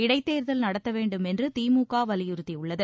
இடைத்தோதல் நடத்த வேண்டும் என்று திமுக வலியுறுத்தியுள்ளது